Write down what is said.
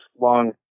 long